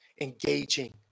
engaging